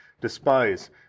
despise